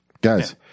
guys